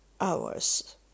hours